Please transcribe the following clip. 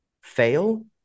fail